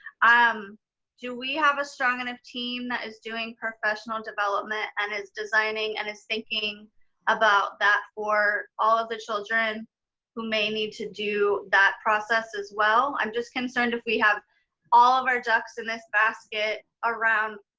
um do we have a strong and enough team that is doing professional development and is designing and is thinking about that for all of the children who may need to do that process as well? i'm just concerned if we have all of our ducks in this basket around